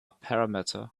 parameter